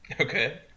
Okay